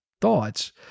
thoughts